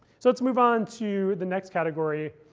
so let's move on to the next category,